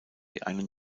einen